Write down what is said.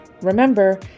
Remember